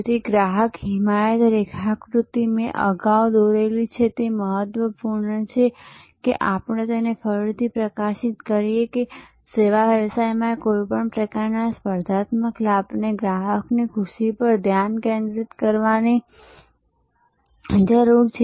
તેથી ગ્રાહક હિમાયત રેખાકૃતિ મેં અગાઉ દોરેલી છે અને તે મહત્વપૂર્ણ છે કે આપણે તેને ફરીથી પ્રકાશિત કરીએ કે સેવા વ્યવસાયોમાં કોઈપણ પ્રકારના સ્પર્ધાત્મક લાભને ગ્રાહકની ખુશી પર કેન્દ્રિત રહેવાની જરૂર છે